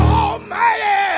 almighty